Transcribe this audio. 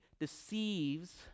deceives